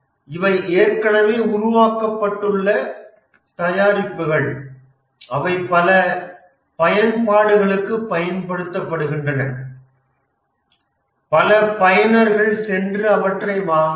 இவை ஏற்கனவே உருவாக்கப்பட்டுள்ள தயாரிப்புகள் அவை பல பயன்பாடுகளுக்குப் பயன்படுத்தப்படுகின்றன பல பயனர்கள் சென்று அவற்றை வாங்கலாம்